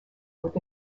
with